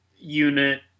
unit